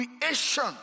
creation